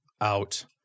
out –